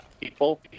people